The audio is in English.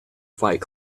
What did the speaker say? fight